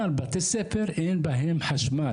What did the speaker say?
אבל בתי ספר, אין בהם חשמל.